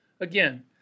again